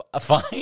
fine